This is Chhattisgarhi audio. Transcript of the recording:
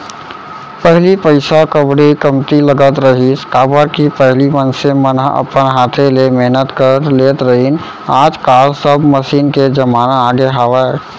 पहिली पइसा कउड़ी कमती लगत रहिस, काबर कि पहिली मनसे मन ह अपन हाथे ले मेहनत कर लेत रहिन आज काल सब मसीन के जमाना आगे हावय